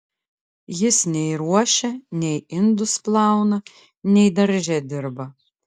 jis nei ruošia nei indus plauna nei darže dirba